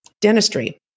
dentistry